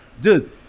dude